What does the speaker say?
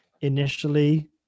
initially